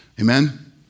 Amen